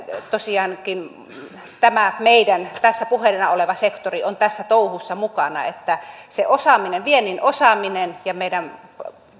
tosiaankin tämä tässä puheena oleva sektori on tässä touhussa mukana että se viennin osaaminen ja meidän